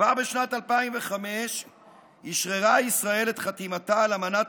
כבר בשנת 2005 אשררה ישראל את חתימתה על אמנת